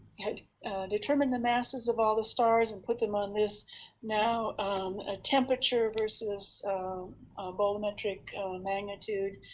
had determined the masses of all the stars and put them on this now a temperature versus bolometric magnitude,